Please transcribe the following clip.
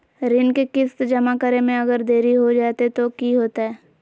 ऋण के किस्त जमा करे में अगर देरी हो जैतै तो कि होतैय?